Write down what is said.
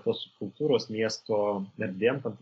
tos subkultūros miesto erdvėm